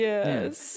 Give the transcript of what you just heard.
Yes